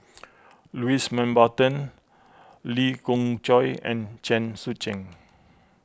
Louis Mountbatten Lee Khoon Choy and Chen Sucheng